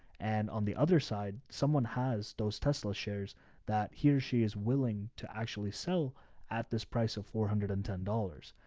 and on the other side, someone has those tesla shares that he or she is willing to actually sell at this price of four hundred and ten dollars.